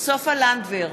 סופה לנדבר,